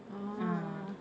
ah